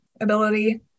ability